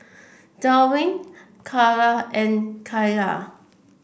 Dwain Carla and Kaila